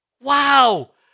Wow